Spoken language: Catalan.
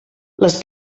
les